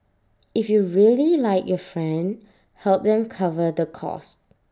if you really like your friend help them cover the cost